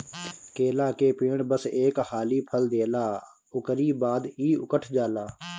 केला के पेड़ बस एक हाली फल देला उकरी बाद इ उकठ जाला